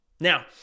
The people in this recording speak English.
Now